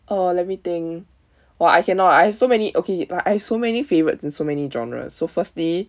!aww! let me think !wah! I cannot I have so many okay like I have so many favourites and so many genre so firstly